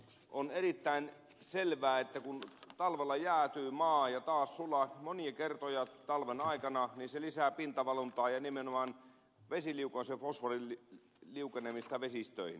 on erittäin selvää että kun talvella maa jäätyy ja taas sulaa monia kertoja talven aikana niin se lisää pintavaluntaa ja nimenomaan vesiliukoisen fosforin liukenemista vesistöihin